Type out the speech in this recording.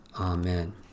Amen